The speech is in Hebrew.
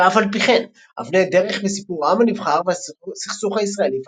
ואף על פי כן - אבני דרך בסיפור העם הנבחר והסכסוך הישראלי-פלסטיני,